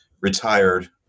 retired